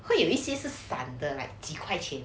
会有一些是散的 like 几块钱